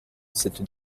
cette